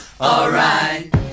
Alright